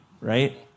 right